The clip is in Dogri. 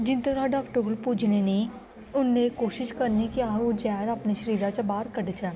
जिन्ने चिर तकर अस डाॅक्टर कोल पुज्जने नेईं उंहे चिर कोशिश करनी कि अस जहर अपने शरिरे च बाहर कढचै